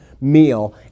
meal